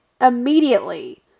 immediately